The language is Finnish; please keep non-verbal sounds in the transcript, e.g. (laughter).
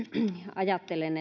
ajattelen (unintelligible)